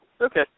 okay